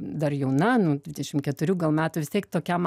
dar jauna nu dvidešim keturių gal metų vis tiek tokiam